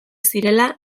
zirela